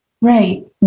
Right